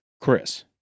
Chris